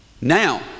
now